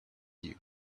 you